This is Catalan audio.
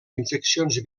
infeccions